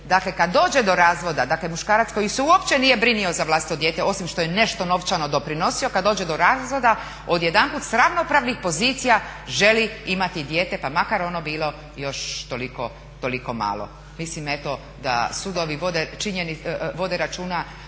dakle kada dođe do razvoda muškarac koji se uopće nije brinuo za vlastito dijete osim što je nešto novčano doprinosio, kada dođe do razvoda odjedanput s ravnopravnih pozicija želi imati dijete pa makar ono bilo još toliko malo. Mislim da sudovi vode računa